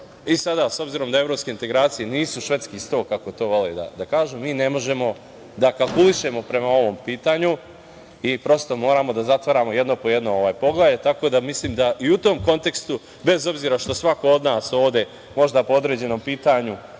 obaveze.S obzirom da evropske integracije nisu švedski sto kako to vole da kažu, mi ne možemo da kalkulišemo prema ovom pitanju i moramo da zatvaramo jedno po jedno poglavlje. Mislim da i u tom kontekstu, bez obzira što svako od nas ovde, možda po određenom pitanju